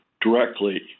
directly